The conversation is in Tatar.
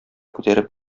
күтәреп